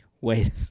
wait